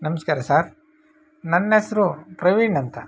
ನಮಸ್ಕಾರ ಸಾರ್ ನನ್ನ ಎಸ್ರು ಪ್ರವೀಣ್ ಅಂತ